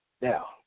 Now